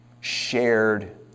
shared